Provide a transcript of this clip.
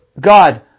God